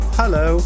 hello